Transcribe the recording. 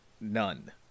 none